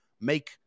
make